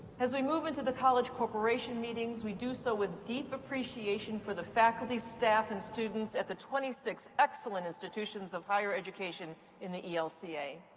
as we move into the college corporation meetings, we do so with deep appreciation for the faculty, staff, and students at the twenty six excellent institutions of higher education in the elca. i